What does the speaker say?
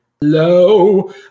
Hello